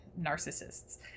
narcissists